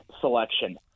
selection